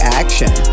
action